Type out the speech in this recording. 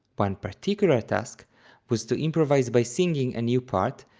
one particular ah task was to improvise by singing a new part,